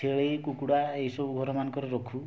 ଛେଳି କୁକୁଡ଼ା ଏଇ ସବୁ ଘର ମାନଙ୍କରେ ରଖୁ